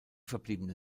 verbliebene